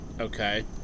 Okay